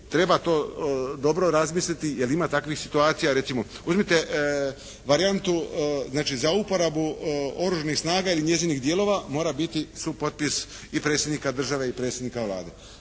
treba to dobro razmisliti jer ima takvih situacija. Recimo uzmite varijantu znači za uporabu oružanih snaga ili njezinih dijelova mora biti supotpis i predsjednika države i predsjednika Vlade.